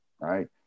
right